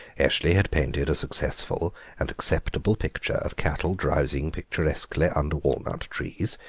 eshley had painted a successful and acceptable picture of cattle drowsing picturesquely under walnut trees,